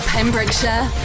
Pembrokeshire